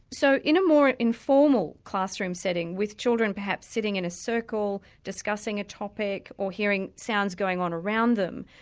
so in a more informal classroom setting with children perhaps sitting in a circle, discussing a topic or hearing sounds going on around them,